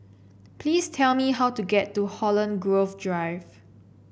please tell me how to get to Holland Grove Drive